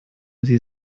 sie